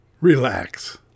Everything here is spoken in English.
Relax